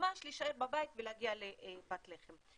ממש להישאר בבית ולהגיע לפת לחם.